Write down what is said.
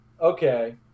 Okay